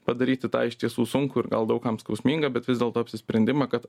padaryti tą iš tiesų sunkų ir gal daug kam skausmingą bet vis dėlto apsisprendimą kad